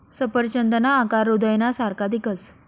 सफरचंदना आकार हृदयना सारखा दिखस